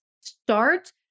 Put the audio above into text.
start